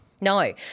No